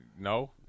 no